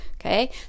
Okay